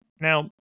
Now